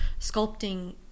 sculpting